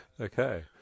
Okay